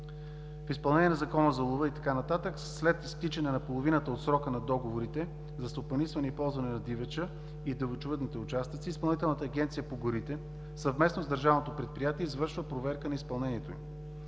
В изпълнение на Закона за лова и така нататък, след изтичане на половината от срока на договорите за стопанисване и ползване на дивеча и дивечовъдните участъци Изпълнителната агенция по горите съвместно с Държавното предприятие извършва проверка на изпълнението им.